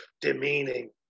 demeaning